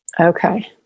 Okay